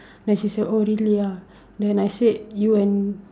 then she said oh really ah then I said you and